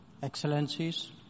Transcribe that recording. Excellencies